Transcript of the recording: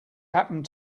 happened